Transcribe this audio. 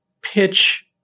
pitch—